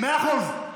מאה אחוז.